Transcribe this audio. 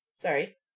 Sorry